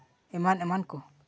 ᱮᱢᱟᱱ ᱮᱢᱟᱱ ᱠᱚ